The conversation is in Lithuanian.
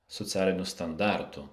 socialinių standartų